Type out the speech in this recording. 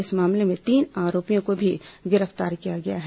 इस मामले में तीन आरोपियों को भी गिरफ्तार किया गया है